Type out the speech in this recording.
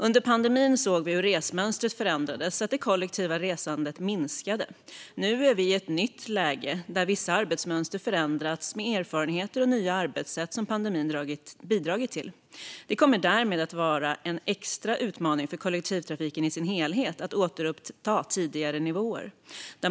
Under pandemin såg vi hur resmönstret förändrades, så att det kollektiva resandet minskade. Nu är vi i ett nytt läge där vissa arbetsmönster förändrats, med erfarenheter och nya arbetssätt som pandemin bidragit till. Det kommer därmed att vara en extra utmaning för kollektivtrafiken i sin helhet att åter nå tidigare nivåer.